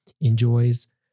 enjoys